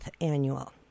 annual